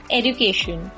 education